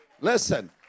Listen